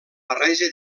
barreja